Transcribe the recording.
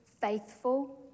faithful